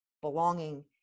belonging